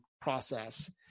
process